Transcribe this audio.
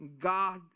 God